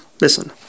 Listen